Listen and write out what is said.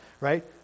right